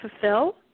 fulfill